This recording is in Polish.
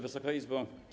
Wysoka Izbo!